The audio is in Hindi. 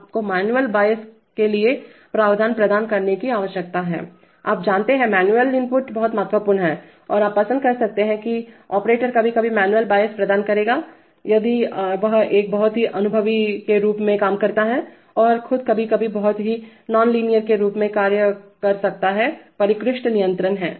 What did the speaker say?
आपको मैनुअल बायस के लिए प्रावधान प्रदान करने की आवश्यकता है आप जानते हैं मैनुअल मैनुअल इनपुट बहुत महत्वपूर्ण हैं और आप पसंद कर सकते हैं कि ऑपरेटर कभी कभी मैनुअल बायस प्रदान करेगा यदि वह एक बहुत ही अनुभवी के रूप में काम करता है और खुद कभी कभी बहुत ही नॉन लीनियर के रूप में कार्य कर सकता और परिष्कृत नियंत्रक है